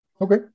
okay